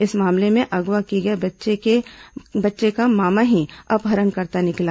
इस मामले में अगवा किए गए बच्चे का मामा ही अपहरणकर्ता निकला